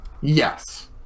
Yes